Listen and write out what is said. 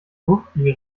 bufdi